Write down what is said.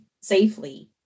safely